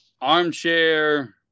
armchair